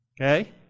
Okay